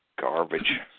Garbage